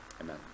amen